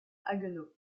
haguenau